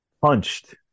punched